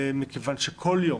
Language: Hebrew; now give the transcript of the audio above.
מכיוון שכל יום